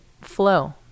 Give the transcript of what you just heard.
flow